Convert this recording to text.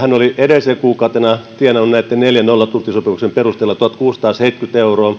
hän oli edellisenä kuukautena tienannut näitten neljän nollatuntisopimuksen perusteella tuhatkuusisataaseitsemänkymmentä euroa